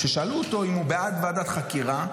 כששאלו אותו אם הוא בעד ועדת חקירה,